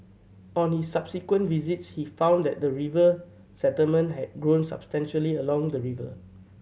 on his subsequent visits he found that the river settlement had grown substantially along the river